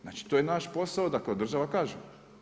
Znači to je naš posao, da kao država kažemo.